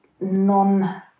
Non